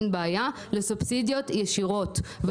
לסובסידיות ישירות.